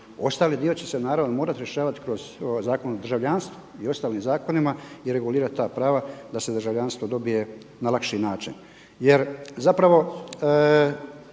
ostali dio će se naravno morati rješavati kroz Zakon o državljanstvu i ostalim zakonima i regulirati ta prava da se državljanstvo dobije na lakši način.